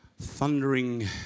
Thundering